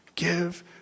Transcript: Give